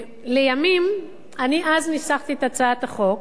לימים, אני אז ניסחתי את הצעת החוק